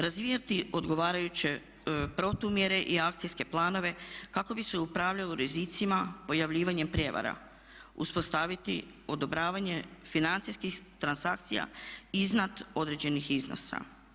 Razvijati odgovarajuće protumjere i akcijske planove kako bi se upravljalo rizicima pojavljivanjem prijevara, uspostaviti odobravanje financijskih transakcija iznad određenih iznosa.